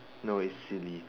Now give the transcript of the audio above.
no it's silly